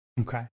Okay